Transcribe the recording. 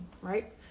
right